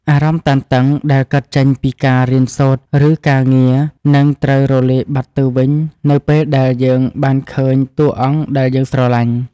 អារម្មណ៍តានតឹងដែលកើតចេញពីការរៀនសូត្រឬការងារនឹងត្រូវរលាយបាត់ទៅវិញនៅពេលដែលយើងបានឃើញតួអង្គដែលយើងស្រឡាញ់។